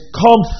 come